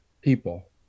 people